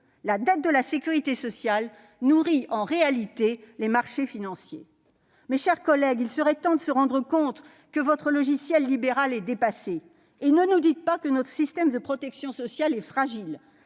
La dette de la sécurité sociale nourrit donc en réalité les marchés financiers ! Mes chers collègues, il serait temps de vous rendre compte que votre logiciel libéral est dépassé, et ne nous dites pas que notre système de protection sociale est fragile